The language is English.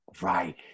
Right